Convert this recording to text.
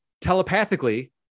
telepathically